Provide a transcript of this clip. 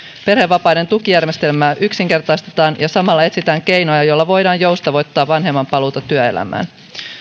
perhevapaiden tukijärjestelmää yksinkertaistetaan ja samalla etsitään keinoja joilla voidaan joustavoittaa vanhemman paluuta työelämään